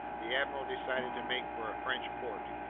the admiral decided to make for a french port.